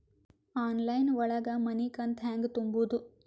Online ಒಳಗ ಮನಿಕಂತ ಹ್ಯಾಂಗ ತುಂಬುದು?